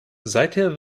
seither